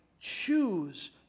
choose